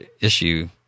issue